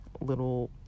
little